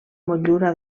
motllura